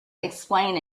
explain